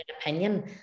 opinion